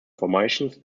formations